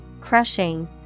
crushing